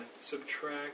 subtract